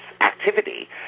activity